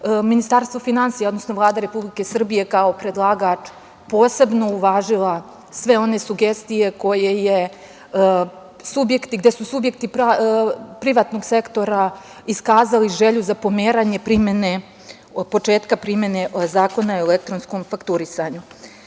Ministarstvo finansija, odnosno Vlada Republike Srbije kao predlagač posebno uvažila sve one sugestije gde su subjekti privatnog sektora iskazali želju za pomeranjem početka primene Zakona o elektronskom fakturisanju. Na